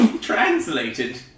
Translated